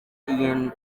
iyi